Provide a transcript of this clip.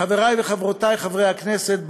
חברי וחברותי חברי הכנסת,